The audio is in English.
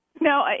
No